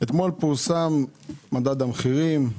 אתמול פורסם מדד המחירים,